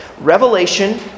Revelation